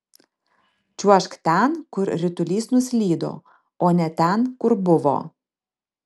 čiuožk ten kur ritulys nuslydo o ne ten kur buvo